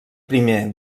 primer